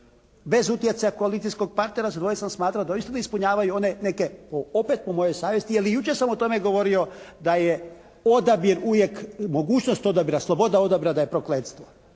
bez utjecaja koalicijskog partnera za dvoje sam smatrao da uistinu ispunjavaju one neke opet po mojoj savjesti, jer i jučer sam o tome govorio da je odabir uvijek, mogućnost odabira, sloboda odabira da je prokletstvo.